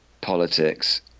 politics